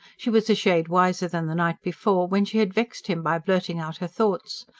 she was a shade wiser than the night before, when she had vexed him by blurting out her thoughts.